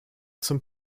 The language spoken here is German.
zum